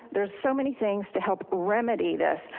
there's so many things to help remedy this.